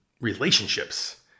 relationships